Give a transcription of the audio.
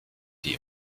die